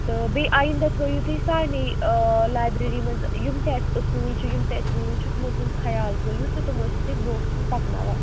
تہٕ بیٚیہِ آینٛدہ تھٲوِو تُہۍ سارِنٕے آ لایبریری منٛز یِم تہِ اَسہِ اصوٗل چھِ یِم تہِ اَسہِ روٗل چھِ تِمن ہُنٛد خیال تھٲوِو تہٕ تِم ٲسِو تُہۍ برٛونٛہہ کُن پکناوان